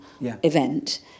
event